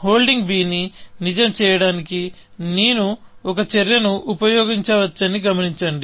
holding bని నిజం చేయడానికి నేను ఒక చర్యను ఉపయోగించవచ్చని గమనించండి